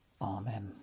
Amen